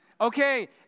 okay